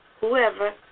whoever